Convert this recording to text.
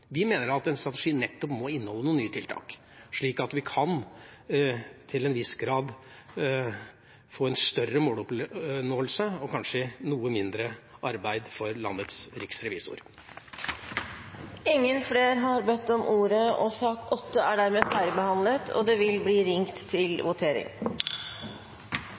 vi i denne runden lar dette forslaget vedlegges protokollen. Vi mener at en strategi nettopp må inneholde noen nye tiltak, slik at vi til en viss grad kan få en større måloppnåelse – og kanskje noe mindre arbeid for landets riksrevisor. Flere har ikke bedt om ordet til sak nr. 8. Det voteres over lovens overskrift og